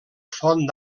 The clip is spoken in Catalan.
font